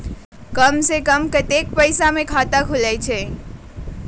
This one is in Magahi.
कम से कम कतेइक पैसा में खाता खुलेला?